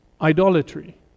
idolatry